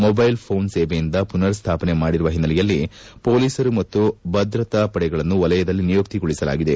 mobile phone ಸೇವೆಯನ್ನು ಪುನರ್ ಸ್ಥಾಪನೆ ಮಾಡಿರುವ ಒನ್ನೆಲೆಯಲ್ಲಿ ಪೊಲೀಸರು ಮತ್ತು ಭದ್ರತಾ ಪಡೆಗಳನ್ನು ವಲಯದಲ್ಲಿ ನಿಯುತ್ತಿಗೊಳಿಸಲಾಗಿದೆ